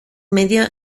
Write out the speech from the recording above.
medio